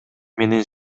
менен